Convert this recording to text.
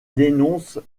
dénonce